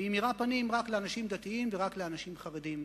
היא מאירה פנים רק לאנשים דתיים ורק לאנשים חרדים.